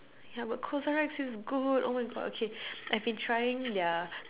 ya but CosRX feels good oh my god okay I've been trying their